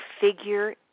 figure